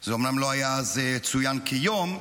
זה אומנם לא צוין אז כיום,